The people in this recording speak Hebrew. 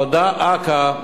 דא עקא,